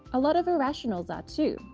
a lot of irrationals are too.